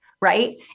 Right